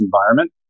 environment